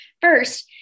First